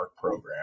program